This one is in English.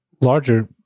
larger